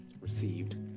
Received